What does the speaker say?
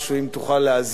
אם תוכל להאזין.